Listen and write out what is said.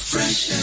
Fresh